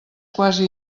quasi